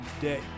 day